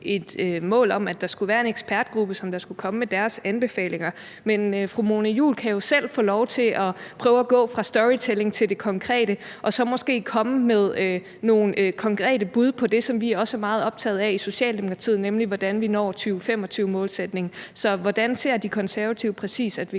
og et mål om, at der skulle være en ekspertgruppe, som skulle komme med sine anbefalinger, men fru Mona Juul kan jo selv få lov til at prøve at gå fra storytelling til det konkrete og så måske komme med nogle konkrete bud på det, som vi også er meget optaget af i Socialdemokratiet, nemlig hvordan vi når 2025-målsætningen. Så hvordan ser De Konservative præcis vi